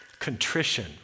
Contrition